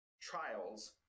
trials